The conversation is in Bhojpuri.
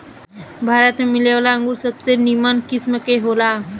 भारत में मिलेवाला अंगूर सबसे निमन किस्म के होला